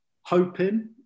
hoping